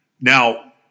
Now